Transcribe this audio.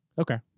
Okay